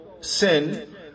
sin